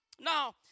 Now